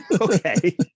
Okay